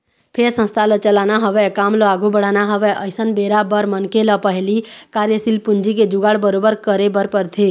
फेर संस्था ल चलाना हवय काम ल आघू बढ़ाना हवय अइसन बेरा बर मनखे ल पहिली कार्यसील पूंजी के जुगाड़ बरोबर करे बर परथे